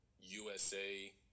USA